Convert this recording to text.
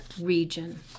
region